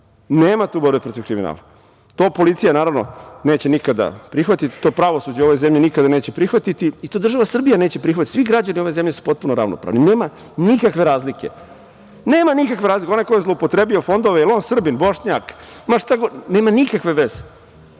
nema tu borbe protiv kriminala. To policija naravno neće nikada prihvatiti. To pravosuđe u ovoj zemlji nikada neće prihvatiti. To država Srbija neće prihvatiti. Svi građani ove zemlje su potpuno ravnopravni, nema nikakve razlike. Onaj ko je zloupotrebio fondove, je li on Srbin, Bošnjak, ma šta god, nema nikakve